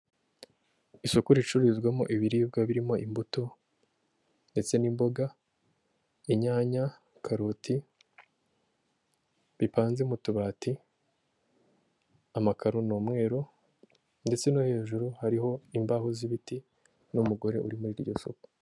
Isoko ricururizwamo ibiribwa birimo imbuto ndetse n'imboga, inyanya, karoti, bipanze mu tubati, amakaro ni umweru ndetse no hejuru hariho imbaho z'ibiti n'umugore uri muri iryo soko.